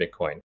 Bitcoin